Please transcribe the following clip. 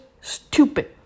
stupid